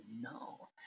no